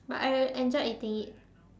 but I I like eating it